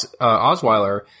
Osweiler